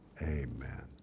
amen